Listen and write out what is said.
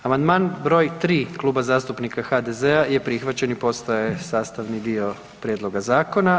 Amandman br. 3 Kluba zastupnika HDZ-a je prihvaćen i postaje sastavni dio prijedloga zakona.